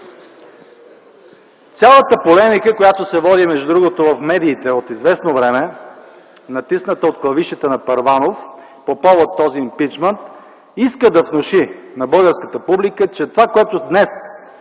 Цялата полемика, която се води между другото в медиите от известно време, натисната от клавишите на Първанов по повод този импийчмънт, иска да внуши на българската публика, че това, с което днес